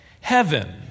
heaven